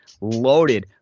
loaded